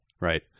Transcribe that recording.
right